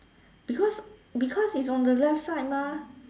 because because it's on the left side mah